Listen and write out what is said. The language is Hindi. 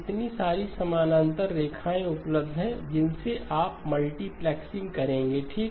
इतनी सारी समानांतर रेखाएँ उपलब्ध हैं जिनसे आप मल्टीप्लेक्सिंग करेंगे ठीक